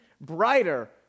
brighter